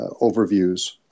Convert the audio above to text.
overviews